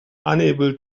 unable